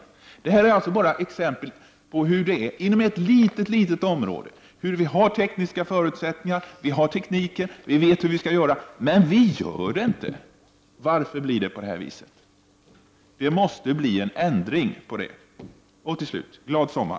Det här är bara ett exempel taget från ett litet, litet område på att vi har tekniska förutsättningar, vi har tekniken och vi vet hur vi skall göra, men vi gör det inte. Varför blir det på det här viset? Det måste bli en ändring. Till sist: Glad sommar!